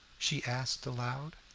she asked aloud.